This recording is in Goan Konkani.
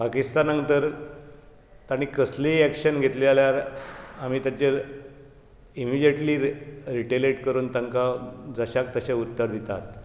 पाकिस्तानाक तर तांणीं कसलीय ऍक्शन घेतली जाल्यार आमी ताचेर इमीजियटली रिटॅलियेट करून तांकां जशाक तशें उत्तर दितात